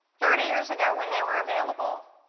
thirty years ago when they were available